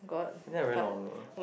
that very normal